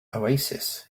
oasis